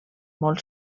molt